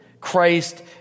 Christ